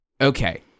Okay